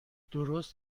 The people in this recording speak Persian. درست